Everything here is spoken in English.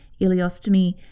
ileostomy